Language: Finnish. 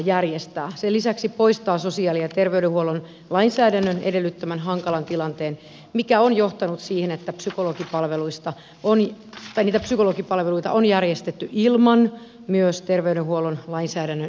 sen lisäksi tämä poistaa sosiaali ja terveydenhuollon lainsäädännön edellyttämän hankalan tilanteen mikä on johtanut siihen että niitä psykologipalveluita on järjestetty myös ilman terveydenhuollon lainsäädännön edellyttämää lupaa